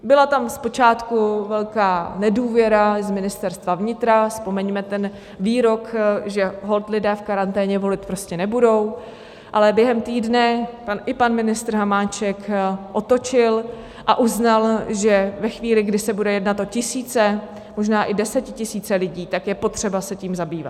Byla tam zpočátku velká nedůvěra z Ministerstva vnitra, vzpomeňme ten výrok, že holt lidé v karanténě volit prostě nebudou, ale během týdne i pan ministr Hamáček otočil a uznal, že ve chvíli, kdy se bude jednat o tisíce, možná i desetitisíce lidí, tak je potřeba se tím zabývat.